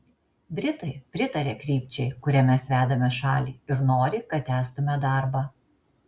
britai pritaria krypčiai kuria mes vedame šalį ir nori kad tęstume darbą